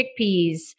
chickpeas